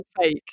fake